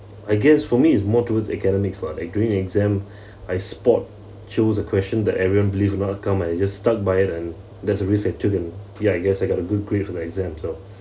I guess for me it's more towards academics lah like during exam I spot chose a question that everyone believe will not come I just stuck by it and that's a risk I took and ya I guess I got a good grade for the exams lah